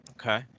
Okay